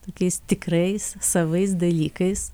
tokiais tikrais savais dalykais